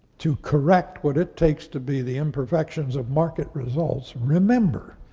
to correct what it takes to be the imperfections of market results, remember,